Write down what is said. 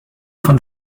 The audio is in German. von